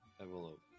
Envelope